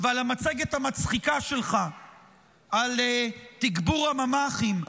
-- על המצגת המצחיקה שלך על תגבור הממ"חים.